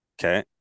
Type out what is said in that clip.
okay